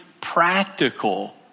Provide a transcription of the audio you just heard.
practical